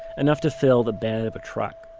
enough to fill the bed of a truck